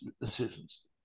decisions